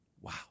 Wow